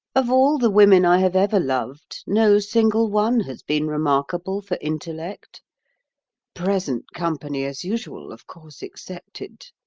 of all the women i have ever loved, no single one has been remarkable for intellect present company, as usual, of course excepted.